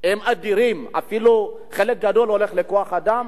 הם אדירים, חלק גדול הולך אפילו לכוח-אדם,